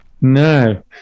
No